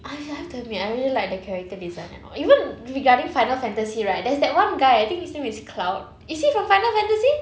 I I have to admit I really like the character design even regarding final fantasy right there's that one guy I think his name is cloud is he from final fantasy